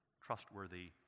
trustworthy